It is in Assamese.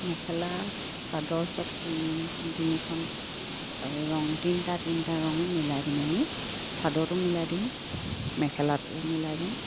মেখেলা চাদৰ চব তিনিখন তিনিখন ৰং তিনিটা তিনিটা ৰং মিলাই পিনে নি চাদৰটো মিলাই দিওঁ মেখেলাটো মিলাই দিম